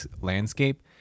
landscape